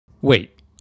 Wait